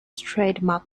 trademark